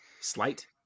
slight